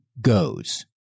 goes